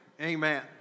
Amen